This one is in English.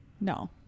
No